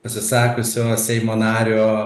pasisakiusio seimo nario